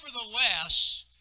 Nevertheless